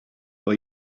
for